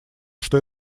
что